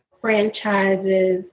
franchises